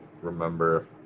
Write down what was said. remember